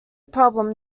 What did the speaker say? problem